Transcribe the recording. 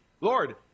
Lord